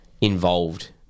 involved